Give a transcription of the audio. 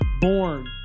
born